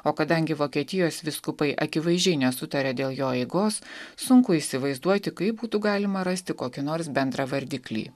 o kadangi vokietijos vyskupai akivaizdžiai nesutaria dėl jo eigos sunku įsivaizduoti kaip būtų galima rasti kokį nors bendrą vardiklį